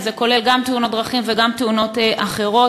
שזה כולל גם תאונות דרכים וגם תאונות אחרות.